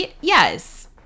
Yes